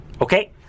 Okay